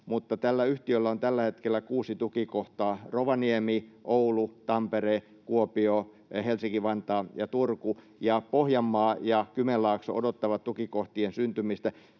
Tällä yhtiöllä on tällä hetkellä kuusi tukikohtaa: Rovaniemi, Oulu, Tampere, Kuopio, Helsinki-Vantaa ja Turku — ja Pohjanmaa ja Kymenlaakso odottavat tukikohtien syntymistä.